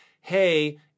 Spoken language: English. hey